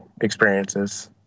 experiences